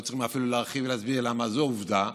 לא צריך אפילו להרחיב ולהסביר למה, זו עובדה.